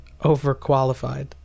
overqualified